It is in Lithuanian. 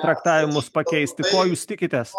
traktavimus pakeisti ko jūs tikitės